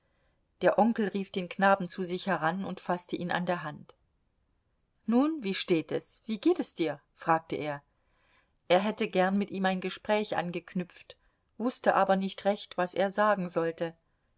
der onkel rief den knaben zu sich heran und faßte ihn an der hand nun wie steht es wie geht es dir fragte er er hätte gern mit ihm ein gespräch angeknüpft wußte aber nicht recht was er sagen sollte